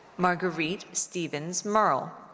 marguerite stephens murrell.